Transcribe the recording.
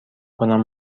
کنم